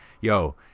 yo